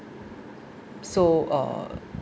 so uh